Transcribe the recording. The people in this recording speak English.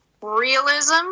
realism